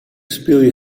spylje